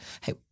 hey